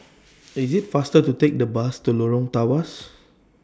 IT IS faster to Take The Bus to Lorong Tawas